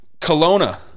Kelowna